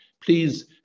Please